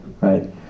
right